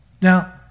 Now